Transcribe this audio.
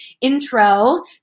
intro